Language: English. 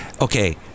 Okay